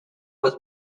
was